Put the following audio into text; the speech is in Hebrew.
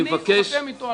אני חותם איתו על החוק.